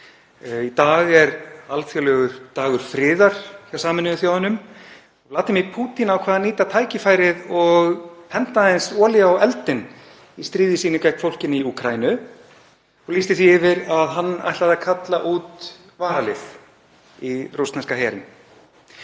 Í dag er alþjóðlegur dagur friðar hjá Sameinuðu þjóðunum. Vladimir Pútín ákvað að nýta tækifærið og hella aðeins olíu á eldinn í stríði sínu gegn fólkinu í Úkraínu og lýsti því yfir að hann ætlaði að kalla út varalið í rússneska herinn.